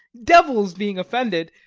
devils being offended,